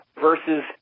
versus